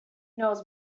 knows